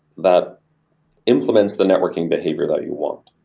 that implements the networking behavior that you want.